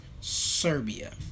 Serbia